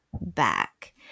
back